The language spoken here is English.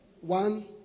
One